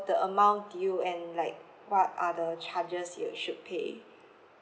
the amount due and like what are the charges you should pay